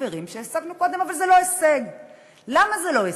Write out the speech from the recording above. אבל הרבה יותר הזוי מזה שח"כים מנסים להביא